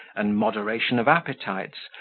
and moderation of appetites,